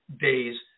days